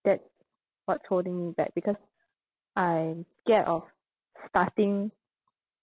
that's what's holding me back because I'm scared of starting